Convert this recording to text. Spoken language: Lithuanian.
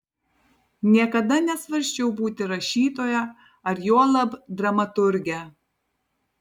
niekada nesvarsčiau būti rašytoja ar juolab dramaturge